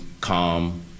calm